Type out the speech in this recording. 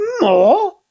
More